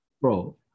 Bro